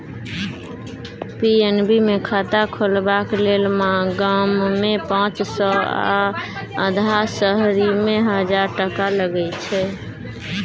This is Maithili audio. पी.एन.बी मे खाता खोलबाक लेल गाममे पाँच सय आ अधहा शहरीमे हजार टका लगै छै